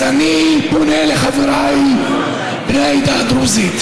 אז אני פונה לחבריי בני העדה הדרוזית: